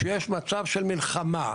כשיש מצב של מלחמה,